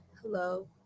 Hello